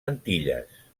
antilles